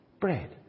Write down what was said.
bread